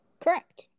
Correct